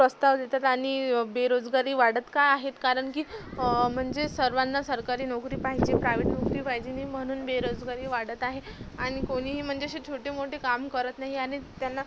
प्रस्ताव देतात आणि बेरोजगारी वाढत का आहे कारण की म्हणजे सर्वांना सरकारी नोकरी पाहिजे प्रायव्हेट नोकरी पाहिजे नाही म्हणून बेरोजगारी वाढत आहे आणि कोणीही म्हणजे असे छोटे मोठे काम करत नाही आणि त्यांना